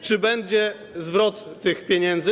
Czy będzie zwrot tych pieniędzy?